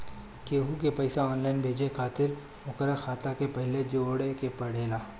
केहू के पईसा ऑनलाइन भेजे खातिर ओकर खाता के पहिले जोड़े के पड़ेला